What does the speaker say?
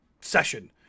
session